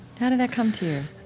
how did that come to